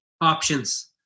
options